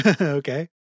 Okay